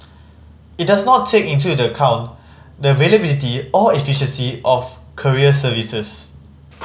it does not take into the account the availability or efficiency of courier services